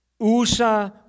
Usa